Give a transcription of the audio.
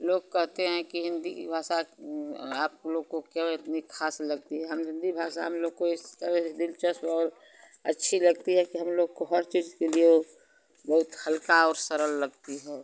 लोग कहते हैं कि हिन्दी की भाषा आप लोग को क्यों इतनी खास लगती है हम हिन्दी भाषा हम लोग को इस तरह से दिलचस्प और अच्छी लगती है कि हम लोग को हर चीज के लिए बहुत हल्का और सरल लगती है